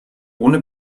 ohne